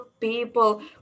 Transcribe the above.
people